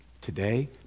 today